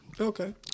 Okay